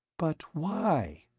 but why?